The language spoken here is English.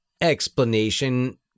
explanation